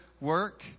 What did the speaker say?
work